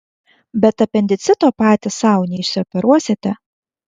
bet apendicito patys sau neišsioperuosite